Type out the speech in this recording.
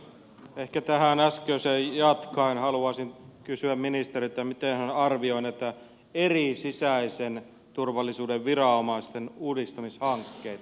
ehkä tästä äskeisestä jatkaen haluaisin kysyä ministeriltä miten hän arvioi näitä eri sisäisen turvallisuuden viranomaisten uudistamishankkeita